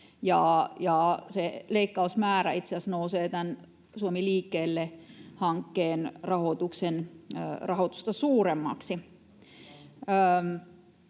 asiassa nousee tätä Suomi liikkeelle -hankkeen rahoitusta suuremmaksi.